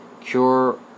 cure